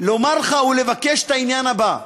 לומר לך ולבקש את העניין הבא,